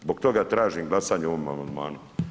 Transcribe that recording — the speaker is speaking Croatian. Zbog toga tražim glasanje o ovom amandmanu.